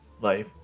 life